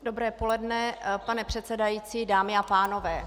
Dobré poledne, pane předsedající, dámy a pánové.